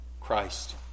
Christ